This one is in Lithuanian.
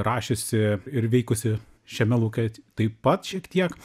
rašiusi ir veikusi šiame lauke taip pat šiek tiek